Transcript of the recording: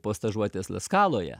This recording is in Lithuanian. po stažuotės la skaloje